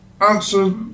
answer